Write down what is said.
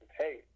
hey